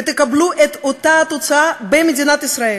ותקבלו את אותה תוצאה במדינת ישראל.